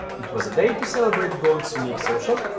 it was a day to celebrate gold's unique social,